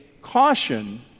caution